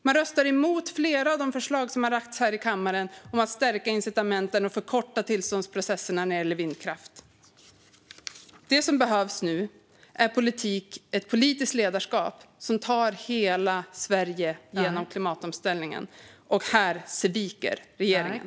Man röstade emot flera av de förslag som lades här i kammaren om att stärka incitamenten och förkorta tillståndsprocesserna när det gäller vindkraft. Det som behövs nu är ett politiskt ledarskap som tar hela Sverige genom klimatomställningen, och här sviker regeringen.